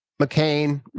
McCain